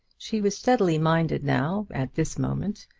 she was steadily minded, now, at this moment,